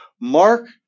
Mark